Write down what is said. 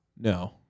No